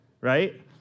right